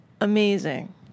amazing